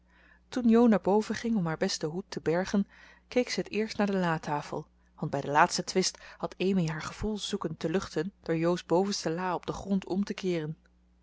toen jo naar boven ging om haar besten hoed te bergen keek ze het eerst naar de latafel want bij den laatsten twist had amy haar gevoel zoeken te luchten door jo's bovenste la op den grond om te keeren